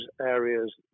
areas